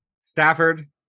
Stafford